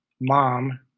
mom